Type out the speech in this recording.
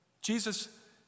Jesus